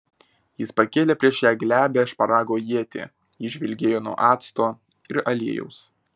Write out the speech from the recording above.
jis pakėlė prieš ją glebią šparago ietį ji žvilgėjo nuo acto ir aliejaus